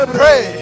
pray